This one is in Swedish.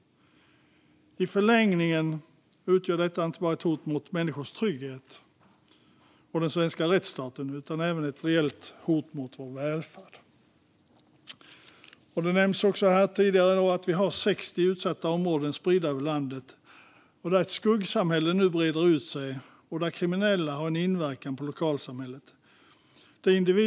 I förlängningen utgör detta inte bara ett hot mot människors trygghet och den svenska rättsstaten utan även ett reellt hot mot vår välfärd. Det nämndes att vi har 60 utsatta områden spridda över landet. Där breder nu ett skuggsamhälle ut sig, och kriminella har inverkan på lokalsamhället.